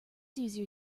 easier